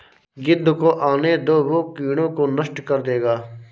गिद्ध को आने दो, वो कीड़ों को नष्ट कर देगा